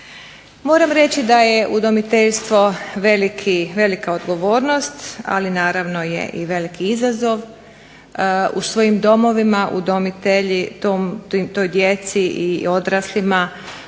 Moram reći da je udomiteljstvo velika odgovornost ali naravno je i veliki izazov. U svojim domovima udomitelji toj djeci i odraslima